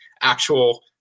actual